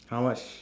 how much